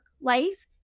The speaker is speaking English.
life